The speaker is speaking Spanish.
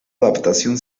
adaptación